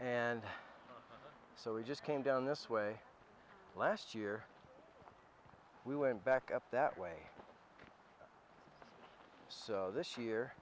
and so we just came down this way last year we went back up that way so this year